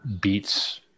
beats